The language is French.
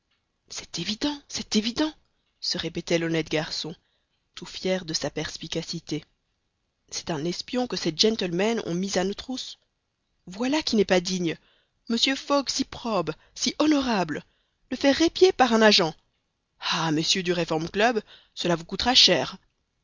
c'est évident c'est évident se répétait l'honnête garçon tout fier de sa perspicacité c'est un espion que ces gentlemen ont mis à nos trousses voilà qui n'est pas digne mr fogg si probe si honorable le faire épier par un agent ah messieurs du reform club cela vous coûtera cher